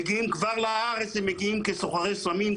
הם מגיעים לארץ כבר כסוחרי סמים,